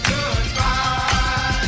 Goodbye